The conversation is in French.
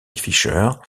fisher